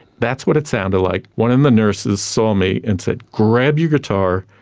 that's what it sounded like. one of the nurses saw me and said, grab your guitar,